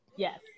Yes